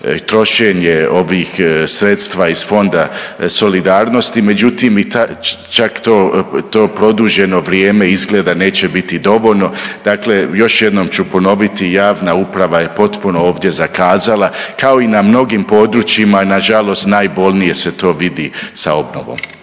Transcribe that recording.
trošenje ovih sredstva iz Fonda solidarnosti. Međutim, čak i to produženo vrijeme izgleda neće biti dovoljno. Dakle, još jednom ću ponoviti javna uprava je potpuno ovdje zakazala kao i na mnogim područjima na žalost najbolnije se to vidi sa obnovom.